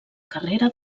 carrera